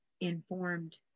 informed